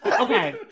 Okay